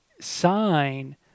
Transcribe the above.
sign